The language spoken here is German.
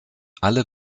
alle